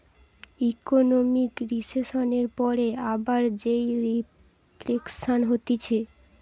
economic রিসেসনের পরে আবার যেই রিফ্লেকশান হতিছে